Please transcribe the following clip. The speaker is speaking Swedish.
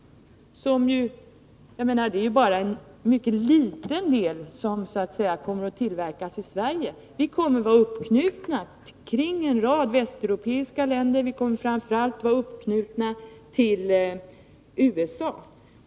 Det är ju bara en mycket liten del av JAS som kommer att tillverkas i Sverige. Vi kommer att vara uppknutna till en rad västeuropeiska länder, och vi kommer framför allt att vara uppknutna till USA.